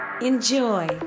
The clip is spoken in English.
Enjoy